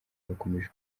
bakomeje